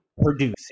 producing